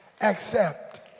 accept